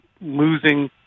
losing